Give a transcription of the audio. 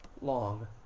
long